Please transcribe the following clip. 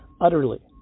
Utterly